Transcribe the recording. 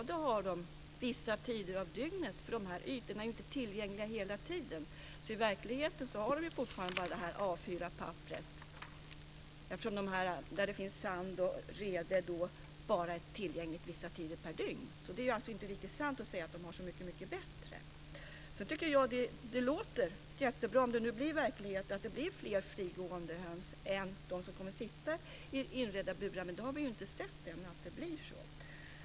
Det har de bara vissa tider på dygnet. De här ytorna är ju inte tillgängliga hela tiden, så i verkligheten har de fortfarande bara en yta som ett A 4-papper eftersom ytor med sand och rede bara är tillgängliga vissa tider på dygnet. Det är alltså inte riktigt sant att de har det så mycket bättre. Det låter jättebra, om detta nu blir verklighet, att det blir fler frigående höns jämfört med det antal som kommer att sitta i inredda burar. Dock har vi inte ännu sett att det blir så.